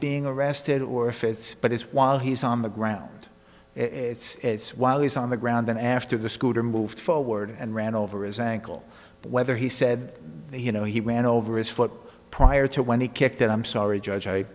being arrested or if it's but it's while he's on the ground it's while he's on the ground then after the scooter moved forward and ran over his ankle whether he said he you know he ran over his foot prior to when he kicked it i'm sorry judge i